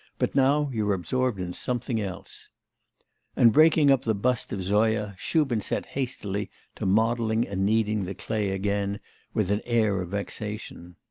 but now you're absorbed in something else and breaking up the bust of zoya, shubin set hastily to modelling and kneading the clay again with an air of vexation.